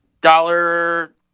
dollar